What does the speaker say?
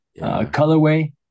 colorway